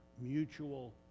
mutual